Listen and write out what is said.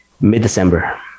mid-December